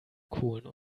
kohlen